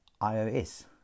ios